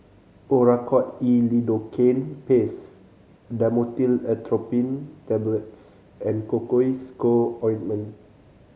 Oracort E Lidocaine Paste Dhamotil Atropine Tablets and Cocois Co Ointment